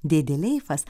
didelėje leifas